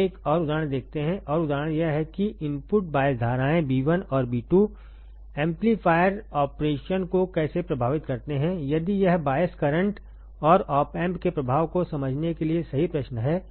एक और उदाहरण देखते हैं और उदाहरण यह है कि इनपुट बायस धाराएं Ib1और Ib2एम्पलीफायर ऑपरेशनको कैसेप्रभावित करते हैंयदि यह बायस करंट और ऑप एम्प के प्रभाव को समझने के लिए सही प्रश्न है